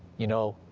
you know,